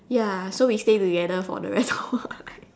ya so we stay together for the rest of our life